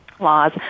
laws